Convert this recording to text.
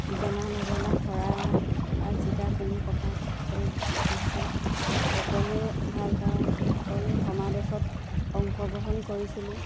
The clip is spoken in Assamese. জনা নজনা হৰা জিকা কোনো কথা নাছিল সকলোৱে ভাল পাওঁ সকলো সমাৱেশত অংশগ্ৰহণ কৰিছিলোঁ